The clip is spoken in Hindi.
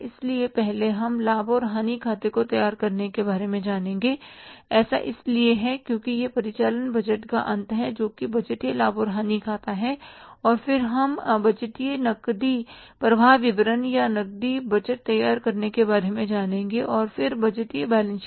इसलिए पहले हम लाभ और हानि खाते को तैयार करने के बारे में जानेंगे और ऐसा इसलिए है क्योंकि यह परिचालन बजट का अंत है जो कि बजटीय लाभ और हानि खाता है और फिर हम बजटीय नकदी प्रवाह विवरण या नकदी बजट तैयार करने के बारे में जानेंगे और फिर बजट बैलेंस शीट